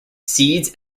seeds